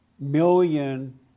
million